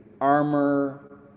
armor